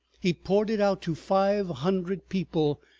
he poured it out to five hundred people,